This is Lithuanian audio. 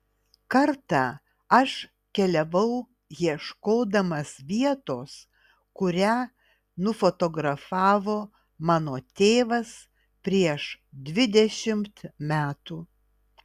kartą aš keliavau ieškodamas vietos kurią nufotografavo mano tėvas prieš dvidešimt metų